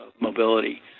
mobility